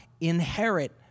inherit